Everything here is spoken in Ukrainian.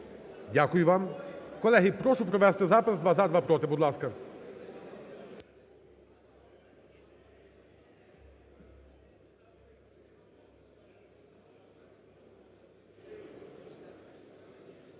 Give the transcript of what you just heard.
Дякую вам. Колеги, прошу провести запис: два – за, два – проти. Будь ласка.